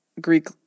Greek